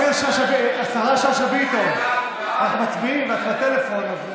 השרה שאשא ביטון, אנחנו מצביעים ואת בטלפון.